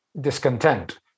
discontent